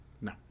No